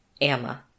Emma